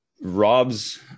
Rob's